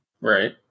Right